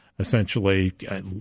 essentially